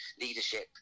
leadership